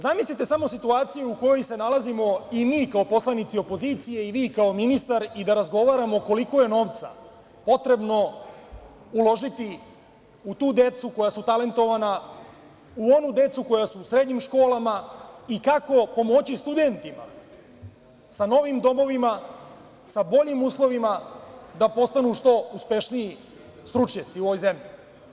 Zamislite samo situaciju u kojoj se nalazimo i mi kao poslanici opozicije i vi kao ministar i da razgovaramo koliko je novca potrebno uložiti u tu decu koja su talentovana, u onu decu koja su u srednjim školama i kako pomoći studentima sa novim domovima, sa boljim uslovima da postanu što uspešniji stručnjaci u ovoj zemlji.